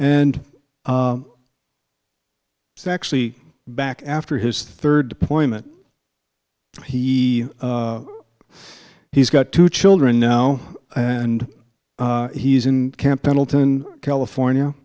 and it's actually back after his third deployment he he's got two children now and he's in camp pendleton california